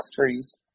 trees